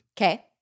Okay